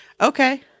okay